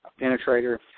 penetrator